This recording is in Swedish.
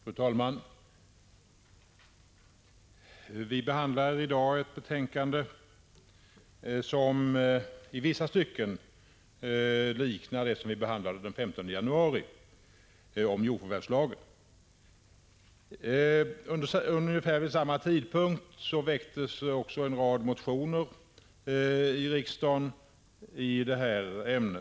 Fru talman! Vi behandlar i dag ett betänkande som i vissa stycken liknar det betänkande om jordförvärvslagen som vi behandlade den 15 januari. Ungefär vid samma tidpunkt väcktes det i riksdagen en rad motioner i detta ämne.